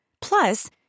Plus